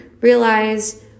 realize